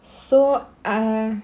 so ah